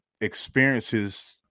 experiences